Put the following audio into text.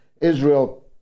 Israel